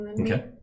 Okay